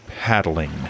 paddling